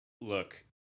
look